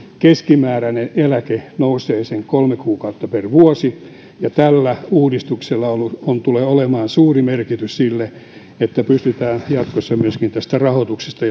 keskimääräinen eläkeikä nousee sen kolme kuukautta per vuosi ja tällä uudistuksella tulee olemaan suuri merkitys sille että pystytään jatkossa jotenkin kantamaan huolta myöskin tästä rahoituksesta